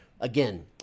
Again